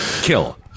Kill